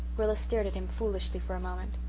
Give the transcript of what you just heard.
rilla stared at him foolishly for a moment.